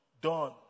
Done